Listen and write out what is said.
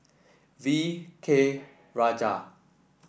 V K Rajah